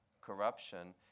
corruption